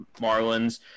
Marlins –